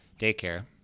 daycare